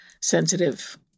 sensitive